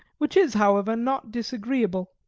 which is, however, not disagreeable.